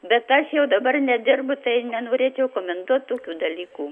bet aš jau dabar nedirbu tai nenorėčiau komentuot tokių dalykų